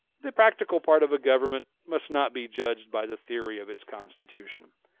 the practical part of a government must not be judged by the theory of its constitution.